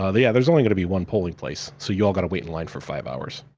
ah yeah, there's only gonna be one polling place, so you all gotta wait in line for five hours.